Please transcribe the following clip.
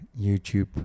YouTube